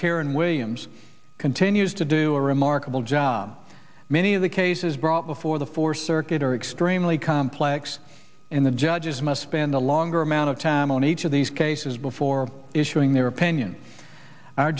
karen williams continues to do a remarkable job many of the cases brought before the fourth circuit are extremely complex in the judges must spend a longer amount of time on each of these cases before issuing their opinions